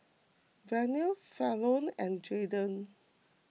Vernal Falon and Jadiel